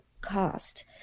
cost